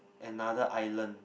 another island